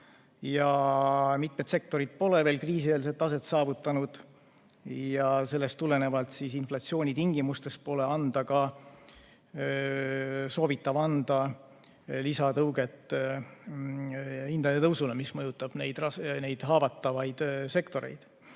ja mitmed sektorid pole veel kriisieelset taset saavutanud. Sellest tulenevalt pole inflatsiooni tingimustes ka soovitav anda lisatõuget hindade tõusule, mis mõjutab neid haavatavaid sektoreid.